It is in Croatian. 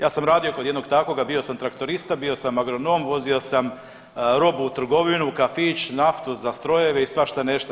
Ja sam radio kod jednog takvoga, bio sam traktorista, bio sam agronom, vozio sam robu u trgovinu, kafić, naftu za strojeve i svašta nešto.